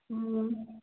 ꯎꯝ